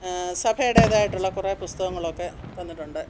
സഭയുടേതായിട്ടുള്ള കുറേ പുസ്തകങ്ങളൊക്കെ തന്നിട്ടുണ്ട്